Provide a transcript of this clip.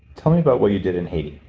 tell me about what you did in haiti